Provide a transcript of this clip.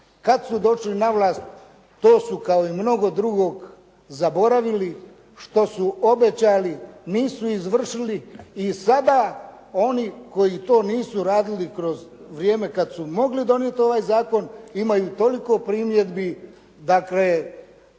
Kada su došli na vlast to su kao i mnogo drugog zaboravili što su obećali. Nisu izvršili i sada koji to nisu radili kroz vrijeme kada su mogli donijeti ovaj zakon, imaju toliko primjedbi. Dakle